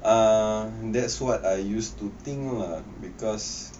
ah that's what I used to think lah because